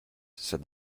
said